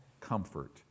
comfort